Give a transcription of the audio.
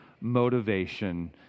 motivation